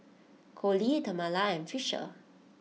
Colie Tamela and Fisher